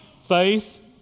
Faith